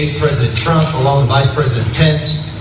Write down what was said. ah president trump um ah and vice president pence,